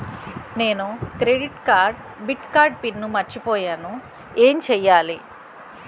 నేను credit card debit card PIN మర్చిపోయేను ఎం చెయ్యాలి?